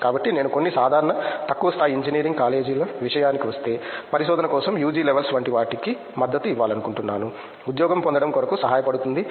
కాబట్టి నేను కొన్ని సాధారణ తక్కువ స్థాయి ఇంజనీరింగ్ కాలేజీల విషయానికి వస్తే పరిశోధన కోసం యుజి లెవల్స్ వంటి వాటికి మద్దతు ఇవ్వాలనుకుంటున్నాను ఉద్యోగం పొందడం కొరకు సహాయపడుతుంది